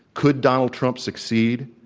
could donald trump succeed?